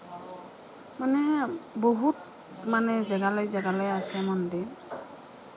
মানে বহুত জাগালৈ জাগালৈ আছে মন্দিৰ